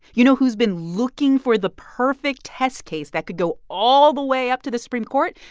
you know who's been looking for the perfect test case that could go all the way up to the supreme court?